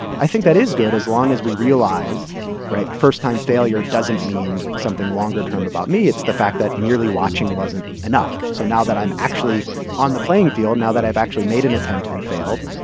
i think that is good as long as we realize right? first-time failure doesn't mean something longer term about me. it's the fact that merely watching wasn't enough. so now that i'm actually on the playing field, now that i've actually made an attempt and failed,